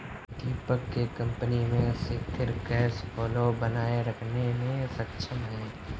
दीपक के कंपनी सिथिर cash flow बनाए रखने मे सक्षम है